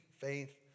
faith